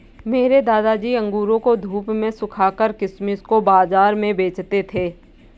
मेरे दादाजी अंगूरों को धूप में सुखाकर किशमिश को बाज़ार में बेचते थे